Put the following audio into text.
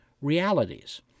realities